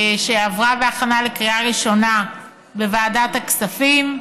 שעברה בהכנה לקריאה ראשונה בוועדת הכספים,